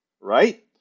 right